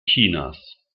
chinas